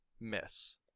miss